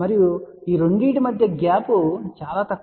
మరియు రెండింటి మధ్య గ్యాప్ చాలా తక్కువగా కనిపిస్తుంది ఇక్కడ 0